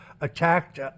attacked